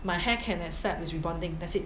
my hair can accept is rebonding that's it